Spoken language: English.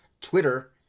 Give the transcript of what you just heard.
Twitter